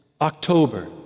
October